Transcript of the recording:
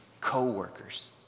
co-workers